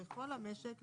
בכל המשק,